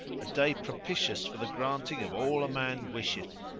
a day propitious for the granting of all a man wisheth.